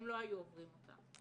הם לא היו עוברים אותה.